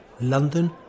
London